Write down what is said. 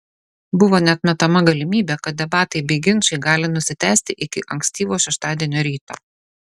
buvo neatmetama galimybė kad debatai bei ginčai gali nusitęsti iki ankstyvo šeštadienio ryto